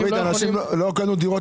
אנשים לא קנו דירות